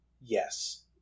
Yes